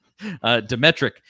Demetric